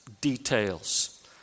details